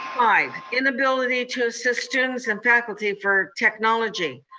five, inability to assist students and faculty for technology.